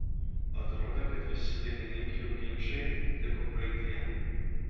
atrodė kad visi dainininkių ginčai liko praeityje